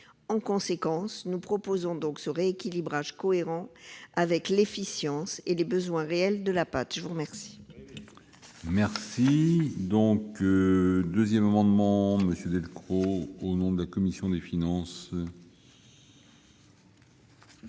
En conséquence, nous proposons ce rééquilibrage cohérent avec l'efficience et les besoins réels de la PAT. Très bien